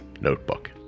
notebook